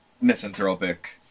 misanthropic